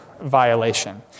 violation